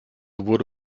wurde